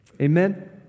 Amen